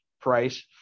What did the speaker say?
Price